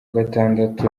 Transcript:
gatandatu